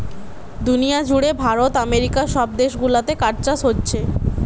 দুনিয়া জুড়ে ভারত আমেরিকা সব দেশ গুলাতে কাঠ চাষ হোচ্ছে